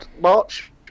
march